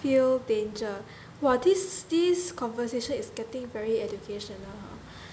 feel danger !wah! this this conversation is getting very educational hor